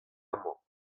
amañ